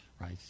right